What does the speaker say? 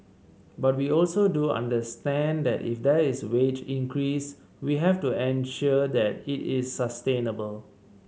but we also do understand that if there is wage increase we have to ensure the it is sustainable